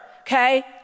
okay